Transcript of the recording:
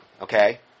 Okay